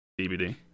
DVD